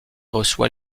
reçoit